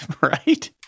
Right